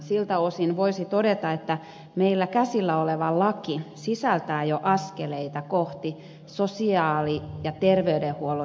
siltä osin voisi todeta että meillä käsillä oleva laki sisältää jo askeleita kohti sosiaali ja terveydenhuollon yhdistämistä